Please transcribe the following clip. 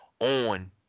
on